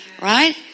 Right